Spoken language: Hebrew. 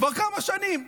כבר כמה שנים.